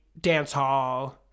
Dancehall